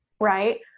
right